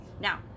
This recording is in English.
Now